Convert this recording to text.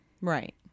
Right